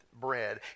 bread